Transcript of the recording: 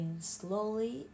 slowly